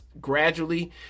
gradually